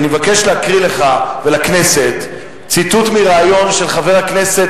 אני מבקש להקריא לך ולכנסת ציטוט מריאיון של חבר הכנסת,